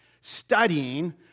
studying